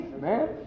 man